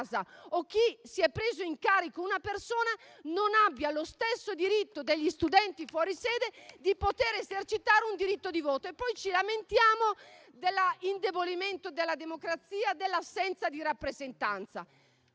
o chi si è preso in carico una persona non abbia lo stesso diritto degli studenti fuori sede di poter esercitare un diritto di voto. Poi ci lamentiamo dell'indebolimento della democrazia, dell'assenza di rappresentanza.